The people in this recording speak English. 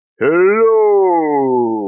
Hello